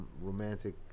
romantic